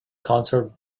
concert